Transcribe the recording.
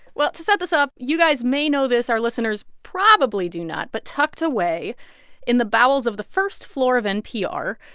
well, to set this up you guys may know this our listeners probably do not but tucked away in the bowels of the first floor of npr,